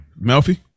melfi